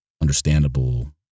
understandable